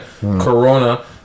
Corona